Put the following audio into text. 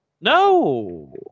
No